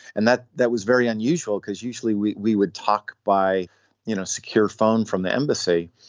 and that that was very unusual because usually we we would talk by you know secure phone from the embassy.